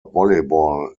volleyball